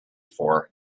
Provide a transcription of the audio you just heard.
for